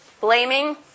blaming